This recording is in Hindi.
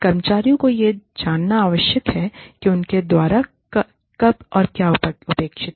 कर्मचारियों को यह जानना आवश्यक है कि उनके द्वारा कब अपेक्षित है